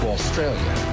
Australia